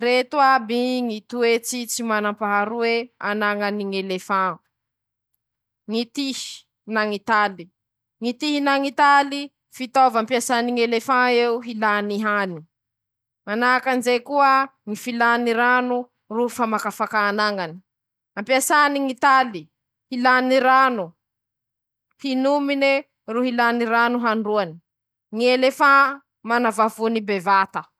<...>Fanehoany ñ'alika ñy firaiketam-pony: -Mihehihehy avao i ro mañorikoriky anteña avao ze tany omban-teña; -Mikapokapoky avao ñy; fitombenany; -Mandefa hafatsy ie aminy tay oagiñy; -Mikapokapoky koa ñy tombony ;manahaky anizay i lafa misy raha teany ho volañy; -Mihaokaoky avao koa eie; -Mitsambotsamboko aminteñ'eñy lafa teña ro hitany; -Taritarihiny ñy sikin-teña lafa teña koa ro misy raha teany ho volañy<...>